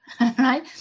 right